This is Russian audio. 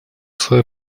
своё